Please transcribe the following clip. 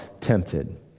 tempted